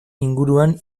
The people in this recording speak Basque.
inguruan